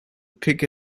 pick